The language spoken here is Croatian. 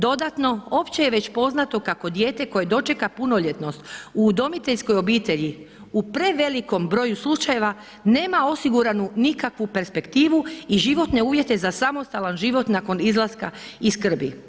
Dodatno, opće je poznato kako dijete koje dočeka punoljetnost u udomiteljskoj obitelji, u prevelikom broju slučajeva, nema osiguranu nikakvu perspektivu i životne uvjete za samostalan život nakon izlaska iz skrbi.